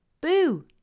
Boo